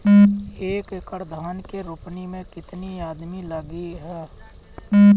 एक एकड़ धान के रोपनी मै कितनी आदमी लगीह?